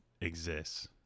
exists